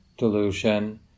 delusion